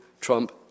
Trump